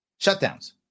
shutdowns